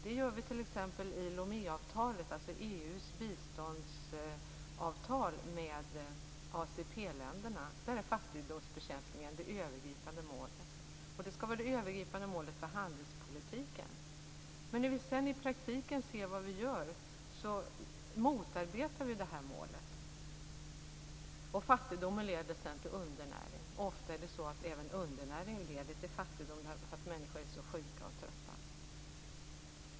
Det gör vi t.ex. i Loméavtalet, alltså EU:s biståndsavtal med ACP-länderna. Där är fattigdomsbekämpningen det övergripande målet. Det skall vara det övergripande målet för handelspolitiken. När vi i praktiken ser vad vi gör motarbetar vi målet. Fattigdomen leder sedan till undernäring. Ofta leder undernäring till fattigdom därför att människor är så sjuka och trötta.